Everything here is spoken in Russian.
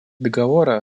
договора